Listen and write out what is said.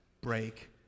break